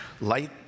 Light